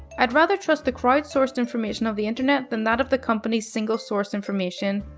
i'd rather trust the crowd-sourced information of the internet than that of the companies single-source information.